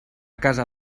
casa